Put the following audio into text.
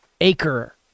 acre